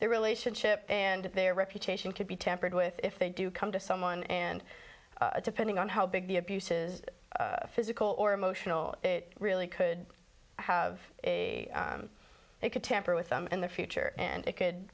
their relationship and their reputation could be tampered with if they do come to someone and depending on how big the abuse is physical or emotional it really could have a they could tamper with them in the future and it could